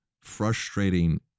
frustrating